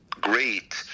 great